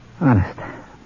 Honest